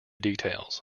details